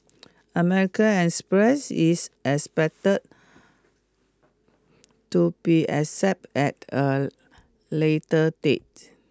American Express is expected to be accept at a later date